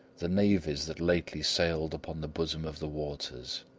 the navies that lately sailed upon the bosom of the waters.